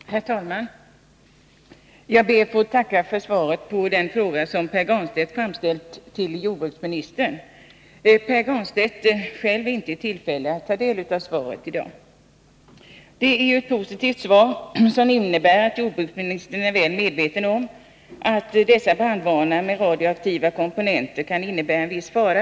Herr talman! Jag ber att få tacka för svaret på den fråga som Pär Granstedt har framställt till jordbruksministern. Pär Granstedt är själv inte i tillfälle att ta del av svaret i dag. Svaret är positivt. Det visar att jordbruksministern är väl medveten om att dessa brandvarnare med radioaktiva komponenter kan innebära en viss fara.